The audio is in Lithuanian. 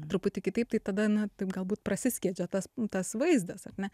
truputį kitaip tai tada na taip galbūt prasiskiedžia tas tas vaizdas ar ne